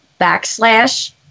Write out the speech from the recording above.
backslash